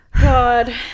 God